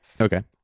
Okay